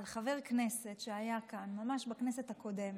על חבר כנסת שהיה כאן, ממש בכנסת הקודמת,